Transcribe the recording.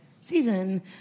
season